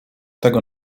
tego